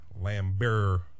lambert